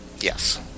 Yes